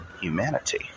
humanity